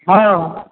हाँ